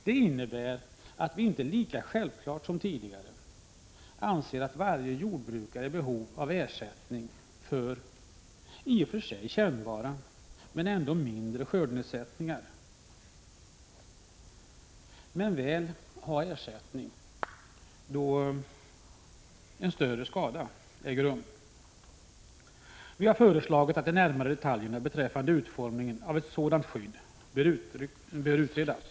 Det innebär att vi menar att det inte är lika självklart som tidigare att varje jordbrukare är i behov av ersättning för i och för sig kännbara men ändå mindre skördenedsättningar, men väl att jordbrukarna skall få ersättning då en större skada inträffar. Vi har föreslagit att de närmare detaljerna beträffande utformningen av ett sådant skydd skall utredas.